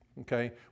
okay